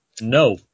No